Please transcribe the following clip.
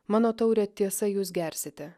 mano taurę tiesa jūs gersite